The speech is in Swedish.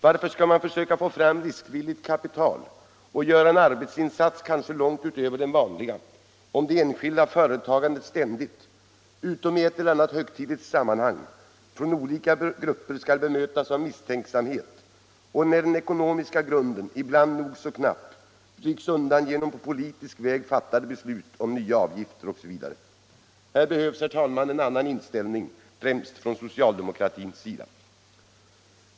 Varför skall man försöka få fram riskvilligt kapital och göra en arbetsinsats, kanske långt utöver den vanliga, om det enskilda företagandet ständigt — utom i ett och annat högtidligt sammanhang -— från olika grupper skall mötas av misstänksamhet, och när den ekonomiska grunden, ibland nog så knapp, rycks undan genom på politisk väg fattade beslut om nya avgifter osv? Här behövs, herr talman, en annan inställning från främst socialdemokratins sida.